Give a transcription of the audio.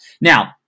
Now